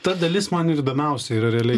ta dalis man ir įdomiausia yra realiai